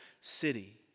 city